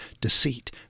deceit